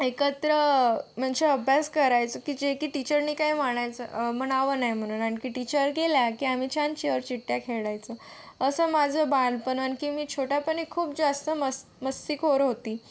एकत्र म्हणजे अभ्यास करायचो की जे की टिचरने काही म्हणायचं म्हणावं नाही म्हणून आणखी टिचर गेल्या की आम्ही छान चोरचिठ्ठ्या खेळायचो असं माझं बालपण आणखी मी छोट्यापणी खूप जास्त मस्तीखोर होती